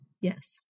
Yes